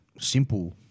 simple